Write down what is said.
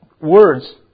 words